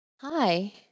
Hi